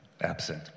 absent